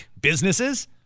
businesses